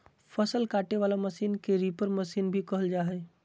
फसल काटे वला मशीन के रीपर मशीन भी कहल जा हइ